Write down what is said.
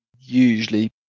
usually